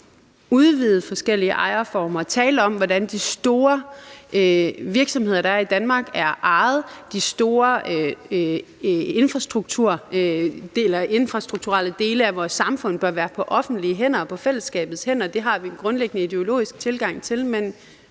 gerne udvide forskellige ejerformer, tale om, hvordan de store virksomheder, der er i Danmark, er ejet, og om, at de store infrastrukturelle dele af vores samfund bør være på offentlige hænder og på fællesskabets hænder. Det har vi en grundlæggende ideologisk tilgang til.